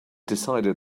decided